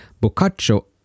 Boccaccio